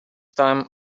time